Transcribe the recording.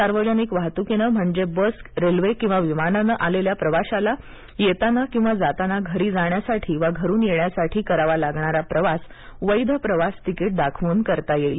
सार्वजनिक वाहतुकीनं म्हणजे बस रेल्वे किंवा विमानानं आलेल्या प्रवाशाला येताना किंवा जाताना घरी जाण्यासाठी वा घरून येण्यासाठी करावा लागणारा प्रवास वैध प्रवासतिकीट दाखवून करता येईल